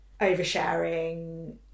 oversharing